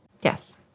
Yes